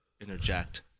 interject